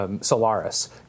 Solaris